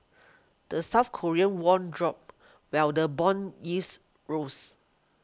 the South Korean won dropped while the bond yields rose